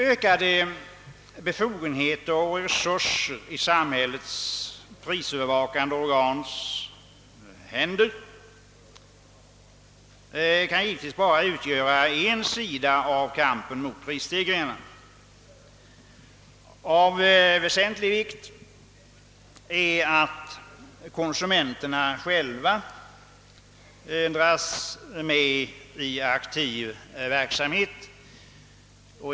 Ökade befogenheter och resurser i samhällets prisövervakande organs händer kan givetvis bara utgöra en sida av kampen mot prisstegringarna. Av väsentlig vikt är att konsumenterna själva dras med i aktiv verksamhet.